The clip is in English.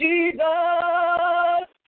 Jesus